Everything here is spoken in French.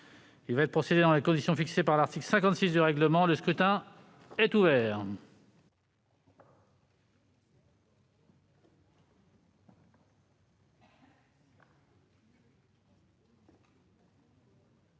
Il va y être procédé dans les conditions fixées par l'article 56 du règlement. Le scrutin est ouvert.